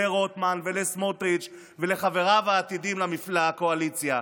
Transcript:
לרוטמן ולסמוטריץ' ולחבריו העתידיים לקואליציה.